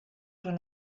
son